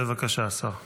בבקשה, השר.